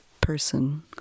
person